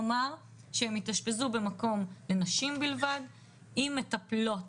כלומר, שהן יתאשפזו במקום לנשים בלבד, עם מטפלות.